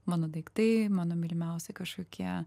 mano daiktai mano mylimiausi kažkokie